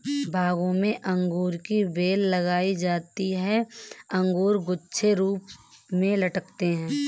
बागों में अंगूर की बेल लगाई जाती है अंगूर गुच्छे के रूप में लटके होते हैं